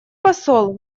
посол